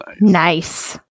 nice